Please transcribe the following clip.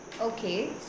Okay